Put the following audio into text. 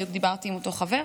בדיוק דיברתי עם אותו חבר,